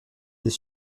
des